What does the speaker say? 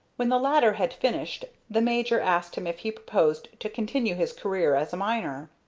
when the latter had finished, the major asked him if he proposed to continue his career as a miner.